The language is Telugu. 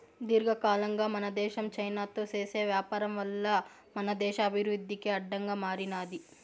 దీర్ఘకాలంగా మన దేశం చైనాతో చేసే వ్యాపారం వల్ల మన దేశ అభివృద్ధికి అడ్డంగా మారినాది